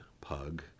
pug